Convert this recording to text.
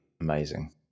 amazing